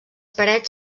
parets